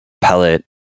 pellet